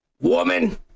woman